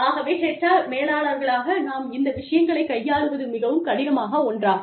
ஆகவே HR மேலாளர்களாக நாம் இந்த விஷயங்களை கையாளுவது மிகவும் கடினமான ஒன்றாகும்